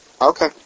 Okay